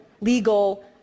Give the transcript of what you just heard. legal